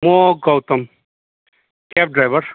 म Gautam cab driver